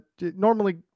Normally